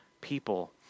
people